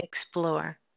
explore